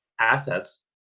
assets